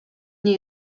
nie